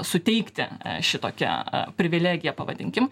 suteikti šitokią privilegiją pavadinkim